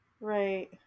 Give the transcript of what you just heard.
Right